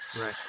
right